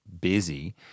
busy